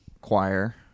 choir